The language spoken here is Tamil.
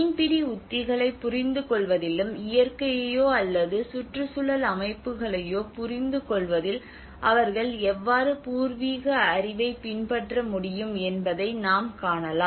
மீன்பிடி உத்திகளைப் புரிந்துகொள்வதிலும் இயற்கையையோ அல்லது சுற்றுச்சூழல் அமைப்புகளையோ புரிந்துகொள்வதில் அவர்கள் எவ்வாறு பூர்வீக அறிவைப் பின்பற்ற முடியும் என்பதை நாம் காணலாம்